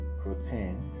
protein